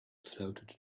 floated